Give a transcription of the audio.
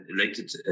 elected